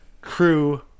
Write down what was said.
crew